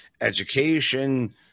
education